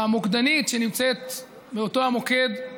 המוקדנית שנמצאת באותו המוקד,